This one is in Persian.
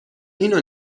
اینو